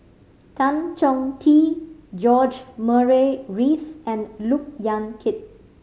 Tan Chong Tee George Murray Reith and Look Yan Kit